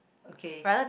okay